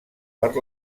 per